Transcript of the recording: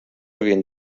havien